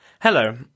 Hello